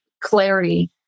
clarity